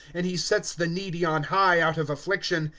and he sets the needy on high out of afqiction,